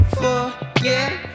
forget